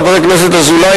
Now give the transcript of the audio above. חבר הכנסת אזולאי,